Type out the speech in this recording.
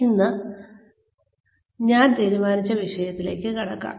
ഇനി ഇന്ന് ഞാൻ തീരുമാനിച്ച വിഷയത്തിലേക്ക് കടക്കാം